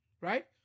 right